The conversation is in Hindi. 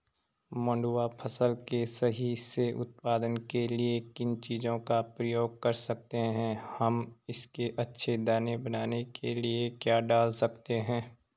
मंडुवा फसल के सही से उत्पादन के लिए किन चीज़ों का प्रयोग कर सकते हैं हम इसके अच्छे दाने बनाने के लिए क्या डाल सकते हैं?